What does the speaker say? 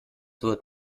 wird